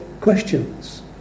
questions